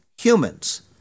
humans